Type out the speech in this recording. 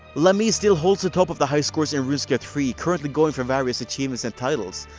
le me still holds the top of the hiscores in runescape three, currently going for various achievements and titles,